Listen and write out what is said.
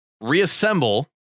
reassemble